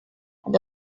and